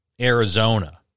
Arizona